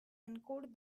encode